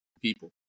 people